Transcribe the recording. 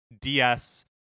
ds